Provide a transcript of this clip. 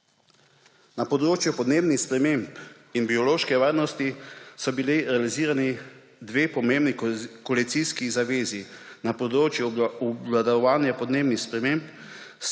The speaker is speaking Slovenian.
Na področju podnebnih sprememb in biološke varnosti sta bili realizirani dve pomembni koalicijski zavezi na področju obvladovanja podnebnih sprememb.